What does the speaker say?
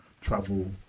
travel